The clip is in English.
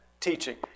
teaching